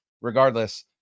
regardless